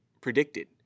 predicted